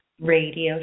radio